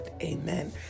Amen